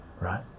right